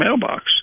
mailbox